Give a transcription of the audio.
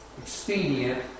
expedient